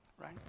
right